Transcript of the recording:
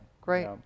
great